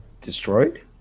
destroyed